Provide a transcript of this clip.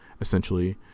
essentially